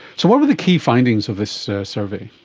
so what were the key findings of this survey?